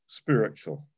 spiritual